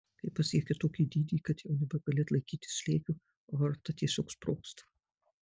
kai pasiekia tokį dydį kad jau nebegali atlaikyti slėgio aorta tiesiog sprogsta